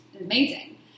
amazing